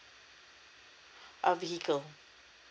ah vehicle